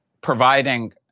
providing